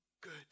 good